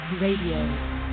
radio